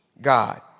God